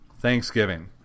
Thanksgiving